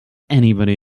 anybody